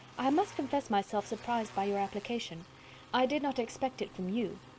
i must confess myself surprised by your application i did not expect it from you.